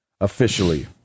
officially